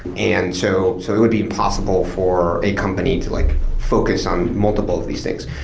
and so so it would be impossible for a company to like focus on multiple of these things.